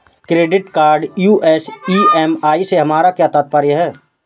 Credit card US EMI से हमारा क्या तात्पर्य है?